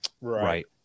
Right